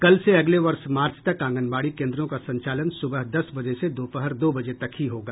कल से अगले वर्ष मार्च तक आंगनबाड़ी केन्द्रों का संचालन सुबह दस बजे से दोपहर दो बजे तक ही होगा